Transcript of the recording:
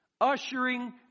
ushering